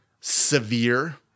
severe